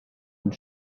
and